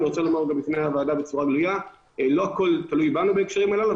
אני רוצה לומר לוועדה בצורה גלויה: לא הכל תלוי בנו בהקשרים הללו,